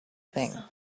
thing